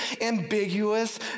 ambiguous